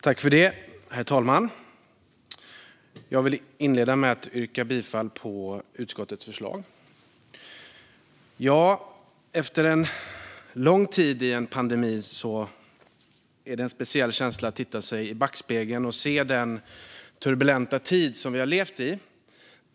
Herr talman! Jag vill inleda med att yrka bifall till utskottets förslag. Efter en lång tid av pandemi är det en speciell känsla att titta i backspegeln och se den turbulenta tid vi har levt i.